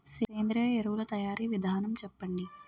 సేంద్రీయ ఎరువుల తయారీ విధానం చెప్పండి?